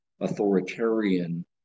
authoritarian